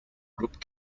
group